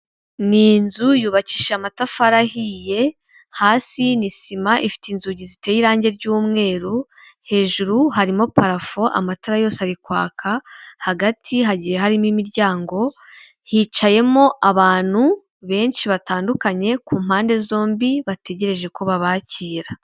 Ni inzu yubakishije amatafari ahiye, hasi ni sima, ifite inzugi ziteye irangi ry'umweru, hejuru harimo parafo amatara yose ari kwaka, hagati hagiye harimo imiryango, hicayemo abantu benshi batandukanye, ku mpande zombi, bategereje ko babakira.